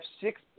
six